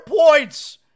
points